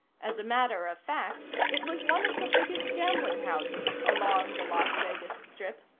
as a matter of fact, it was one of the biggest gambling houses along the las vegas strip,